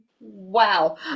wow